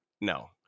no